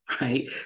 right